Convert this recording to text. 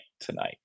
tonight